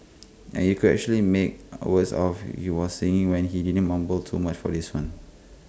and you could actually make always off he was singing when he didn't mumble too much for this one